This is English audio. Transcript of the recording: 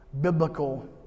biblical